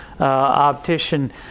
optician